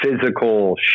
physical